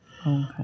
Okay